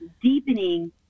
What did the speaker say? deepening